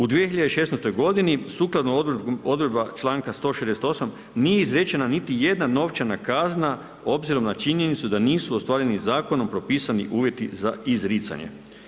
U 2016. sukladno odredbama članka 168. nije izrečena niti jedna novčana kazna obzirom na činjenicu da nisu ostvareni zakonom propisani uvjeti za izricanje.